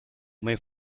may